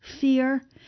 fear